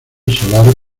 solar